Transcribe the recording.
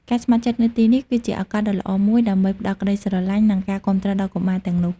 ការស្ម័គ្រចិត្តនៅទីនេះ គឺជាឱកាសដ៏ល្អមួយដើម្បីផ្ដល់ក្ដីស្រឡាញ់ និងការគាំទ្រដល់កុមារទាំងនោះ។